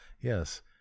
yes